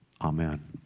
Amen